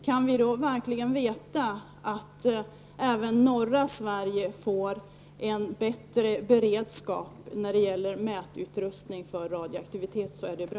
Kan vi verkligen veta att även norra Sverige får bättre beredskap när det gäller mätning av radioaktivitet är det bra.